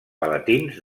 palatins